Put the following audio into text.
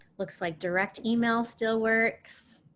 looks like direct email still works.